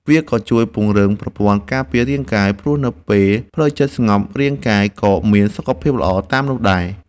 វាក៏ជួយពង្រឹងប្រព័ន្ធការពាររាងកាយ ព្រោះនៅពេលផ្លូវចិត្តស្ងប់ រាងកាយក៏មានសុខភាពល្អតាមនោះដែរ។